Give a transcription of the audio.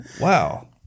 Wow